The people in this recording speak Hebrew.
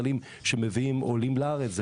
כפיים לטייסים הישראלים שמביאים עולים לארץ.